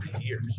years